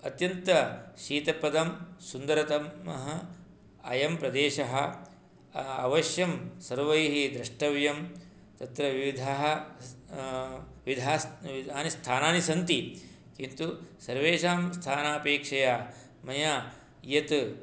अत्यन्तं शीतपदं सुन्दरतमः अयं प्रदेशः अवश्यं सर्वैः द्रष्टव्यं तत्र विविधाः विधा विधानि स्थानानि सन्ति किन्तु सर्वेषां स्थानापेक्षया मया यत्